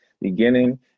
beginning